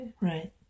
Right